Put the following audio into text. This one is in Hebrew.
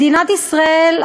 מדינת ישראל,